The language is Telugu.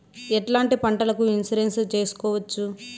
ఎట్లాంటి పంటలకు ఇన్సూరెన్సు చేసుకోవచ్చు?